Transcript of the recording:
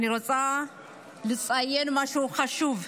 אני רוצה לציין משהו חשוב.